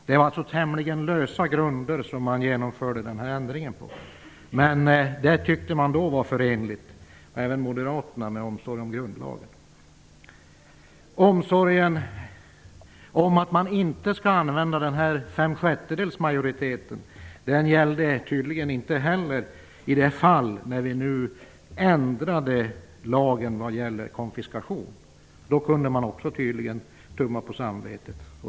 Det var på tämligen lösa grunder man genomförde den här ändringen. Men det tyckte även moderaterna var förenligt med omsorgen om grundlagen. Omsorgen om att man inte skall använda fem sjättedelsmajoriteten gällde tydligen inte heller när vi ändrade lagen om konfiskation. Då kunde man tydligen också tumma på samvetet.